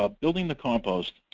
um building the compost,